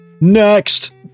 Next